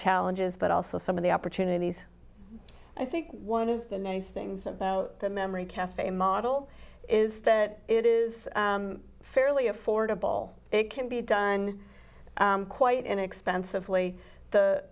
challenges but also some of the opportunities i think one of the nice things about the memory cafe model is that it is fairly affordable it can be done quite inexpensively the